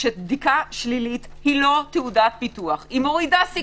שבדיקה שלילית אינה תעודת ביטוח היא מורידה סיכונים